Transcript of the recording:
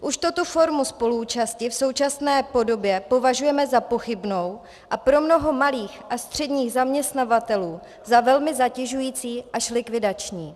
Už tuto formu spoluúčasti v současné podobě považujeme za pochybnou a pro mnoho malých a středních zaměstnavatelů za velmi zatěžující až likvidační.